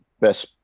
best